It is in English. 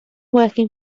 working